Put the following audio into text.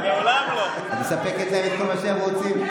את מספקת להם את כל מה שהם רוצים.